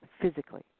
physically